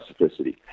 specificity